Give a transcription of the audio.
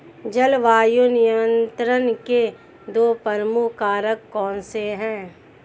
जलवायु नियंत्रण के दो प्रमुख कारक कौन से हैं?